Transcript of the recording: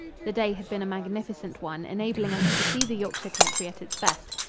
the day had been a magnificent one, enabling us to see the yorkshire country at its best.